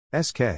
SK